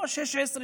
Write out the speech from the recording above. או 16%,